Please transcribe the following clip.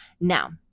now